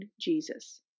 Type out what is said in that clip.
Jesus